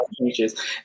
changes